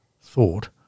thought